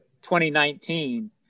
2019